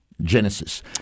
Genesis